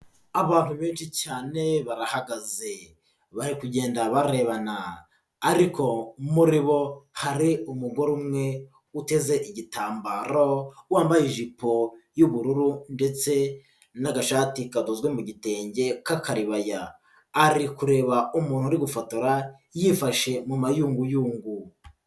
Abantu benshi cyane barahagaze, bari kugenda barebana ariko muri bo hari umugore umwe uteze igitambaro, wambaye ijipo y'ubururu ndetse n'agashati kadozwe mu gitenge k'akaribaya, ari kureba umuntu uri gufotora yifashe mu mayunguyungu.